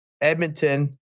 Edmonton